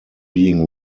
being